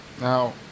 Now